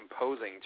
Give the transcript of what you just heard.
imposing